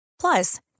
Plus